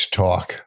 talk